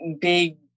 big